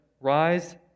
Rise